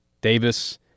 Davis